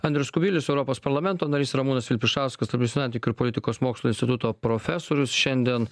andrius kubilius europos parlamento narys ramūnas vilpišauskas tarptautinių santykių ir politikos mokslų instituto profesorius šiandien